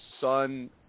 Son